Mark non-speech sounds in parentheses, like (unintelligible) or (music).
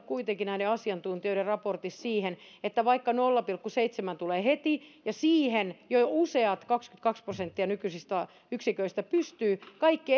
(unintelligible) kuitenkin johtaneet näiden asiantuntijoiden raportissa siihen että vaikka nolla pilkku seitsemän mitoitus tulee heti ja siihen jo useat kaksikymmentäkaksi prosenttia nykyisistä yksiköistä pystyvät kaikki (unintelligible)